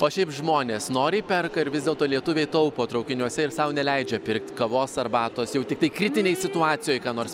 o šiaip žmonės noriai perka ar vis dėlto lietuviai taupo traukiniuose ir sau neleidžia pirkt kavos arbatos jau tiktai kritinėj situacijoj ką nors